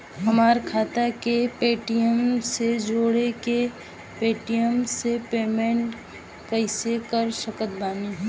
हमार खाता के पेटीएम से जोड़ के पेटीएम से पेमेंट कइसे कर सकत बानी?